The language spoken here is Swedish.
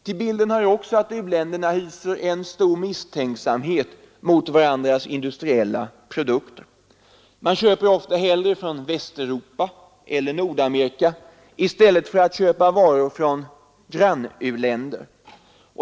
Till bilden hör också att u-länderna hyser stor misstänksamhet mot varandras industriella produkter. Man köper ofta hellre från Västeuropa eller Nordamerika än från angränsande u-länder.